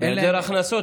בהיעדר הכנסות,